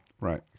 Right